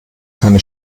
keine